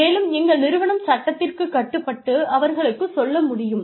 மேலும் எங்கள் நிறுவனம் சட்டத்திற்குக் கட்டுப்பட்டு அவர்களுக்குச் சொல்ல முடியும்